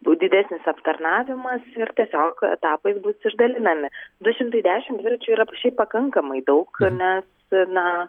bus didesnis aptarnavimas ir tiesiog etapais bus išdalinami du šimtai dešim dviračių yra šiaip pakankamai daug nes na